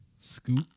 Scoop